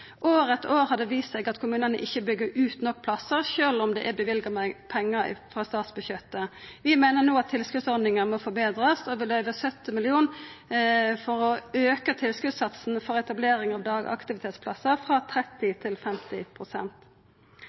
År etter år har det vist seg at kommunane ikkje byggjer ut nok plassar, sjølv om det er løyvt meir pengar på statsbudsjettet. Vi meiner no at tilskotsordninga må forbetrast, og vi løyver 70 mill. kr for å auka tilskotssatsen for etablering av dagaktivitetsplassar frå 30 til